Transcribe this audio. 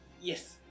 Yes